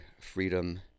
freedom